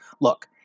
Look